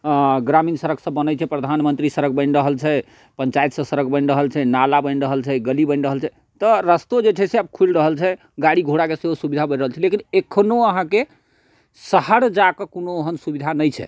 ग्रामीण सड़क सब बनै छै प्रधानमन्त्री सड़क बनि रहल छै पञ्चायतसँ सड़क बनि रहल छै नाला बनि रहल छै गली बनि रहल छै तऽ रस्तो जे छै से आब खुलि रहल छै गाड़ी घोड़ाके सेहो सुविधा बढ़ि रहल छै लेकिन एखनो अहाँके शहर जाइके कोनो ओहन सुविधा नहि छै